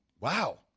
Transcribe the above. wow